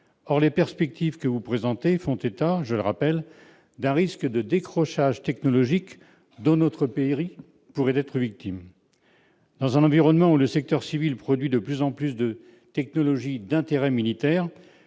Or les perspectives que vous présentez font état d'un risque de « décrochage technologique dont notre pays pourrait être victime ». Dans un environnement où le secteur civil produit de plus en plus de technologies d'intérêt militaire,